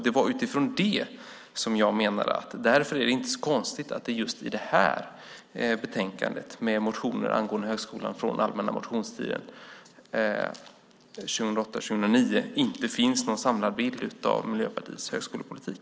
Det var utifrån det jag menade att det inte är så konstigt att det i detta betänkande med motioner angående högskolan från allmänna motionstiden 2008/09 inte finns någon samlad bild av Miljöpartiets högskolepolitik.